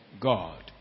God